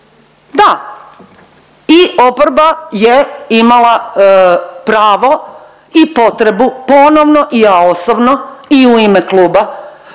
Da i oporba je imala pravo i potrebu ponovno i ja osobno i u ime kluba